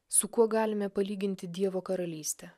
su kuo galime palyginti dievo karalystę